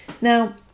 now